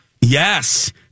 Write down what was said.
Yes